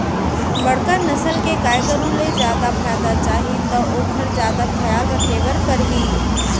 बड़का नसल के गाय गरू ले जादा फायदा चाही त ओकर जादा खयाल राखे बर परही